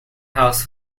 house